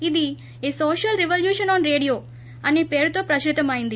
ఇది social revolution on radio అనే పేరుతో ప్రచురితమైంది